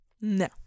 No